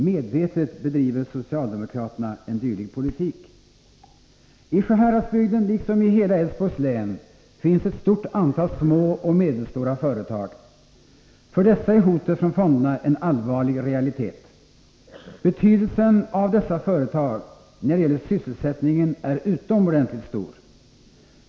Medvetet bedriver socialdemokraterna en dylik politik. I Sjuhäradsbygden liksom i hela Älvsborgs län finns ett stort antal små och medelstora företag. För dessa är hotet från fonderna en allvarlig realitet. Betydelsen av dessa företag när det gäller sysselsättningen är utomordentligt stor.